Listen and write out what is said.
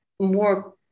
more